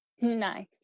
Nice